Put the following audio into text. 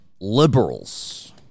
liberals